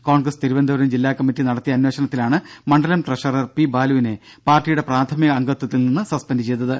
കോൺഗ്രസ് തിരുവനന്തപുരം ജില്ലാ കമ്മിറ്റി നടത്തിയ അന്വേഷണത്തിലാണ് മണ്ഡലം ട്രഷറർ പി ബാലുവിനെ പാർട്ടിയുടെ പ്രാഥമിക അംഗത്വത്തിൽ നിന്ന് സസ്പെൻഡ് ചെയ്തത്